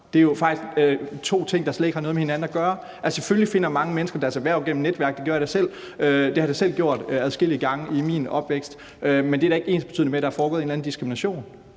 det er jo faktisk to ting, der slet ikke har noget med hinanden at gøre. Altså, selvfølgelig finder mange mennesker deres erhverv gennem netværk, det har jeg da selv gjort adskillige gange i min opvækst, men det er da ikke ensbetydende med, at der er foregået en eller anden diskrimination.